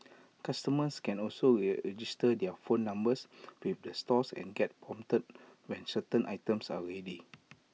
customers can also register their phone numbers with the stores and get prompted when certain items are ready